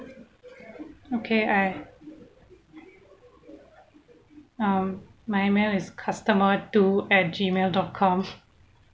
okay I um my email is customer do at Gmail dot com